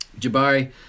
Jabari